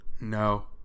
No